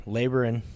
laboring